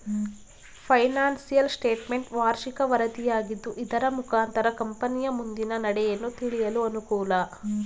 financial statement ವಾರ್ಷಿಕ ವರದಿಯಾಗಿದ್ದು ಇದರ ಮುಖಾಂತರ ಕಂಪನಿಯ ಮುಂದಿನ ನಡೆಯನ್ನು ತಿಳಿಯಲು ಅನುಕೂಲ